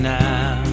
now